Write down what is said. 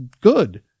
good